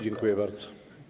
Dziękuję bardzo.